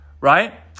right